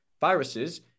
viruses